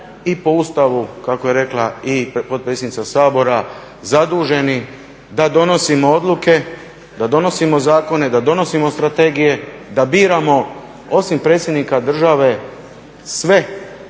i po Ustavu kako je rekla i potpredsjednica Sabora zaduženi da donosimo odluke, da donosimo zakone, da donosimo strategije, da biramo osim predsjednika države sve